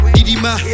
Didima